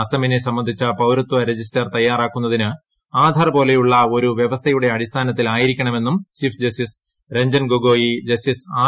അസമിനെ സംബന്ധിച്ച പൌരത്വരജിസ്റ്റർതയ്യാറാക്കുന്നത് ആധാർ പോലെയുള്ളഒരുവ്യവസ്ഥയുടെ അടിസ്ഥാനത്തിലായിരിക്കണമെന്നും ചീഫ്ജസ്റ്റിസ് രഞ്ജൻ ഗെഗോയ് ജസ്റ്റിസ്ആർ